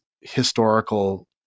historical